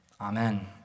Amen